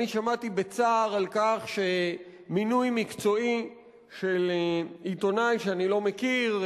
אני שמעתי בצער על כך שמינוי מקצועי של עיתונאי שאני לא מכיר,